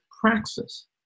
praxis